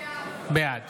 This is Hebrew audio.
בעד